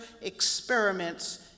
experiments